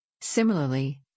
Similarly